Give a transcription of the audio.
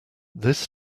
this